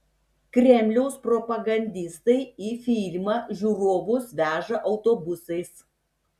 kremliaus propagandistai į filmą žiūrovus veža autobusais